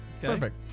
perfect